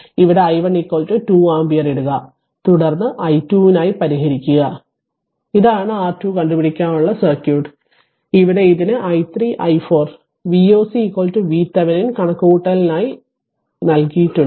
ഇവിടെ i1 2 ampere ഇടുക തുടർന്ന് i2 നായി പരിഹരിക്കുക ഇതാണ് R2 കണ്ടു പിടിക്കാനുള്ള സർക്യൂട്ട് ഇവിടെ ഇതിന് i3 i4 Voc VThevenin കണക്കുകൂട്ടലിനായി എന്നിവ നൽകിയിട്ടുണ്ട്